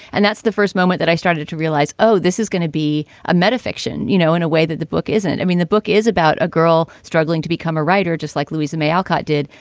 and that's the first moment that i started to realize, oh, this is gonna be a metafiction, you know, in a way that the book isn't. i mean, the book is about a girl struggling to become a writer, just like louisa may alcott did.